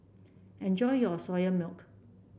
enjoy your Soya Milk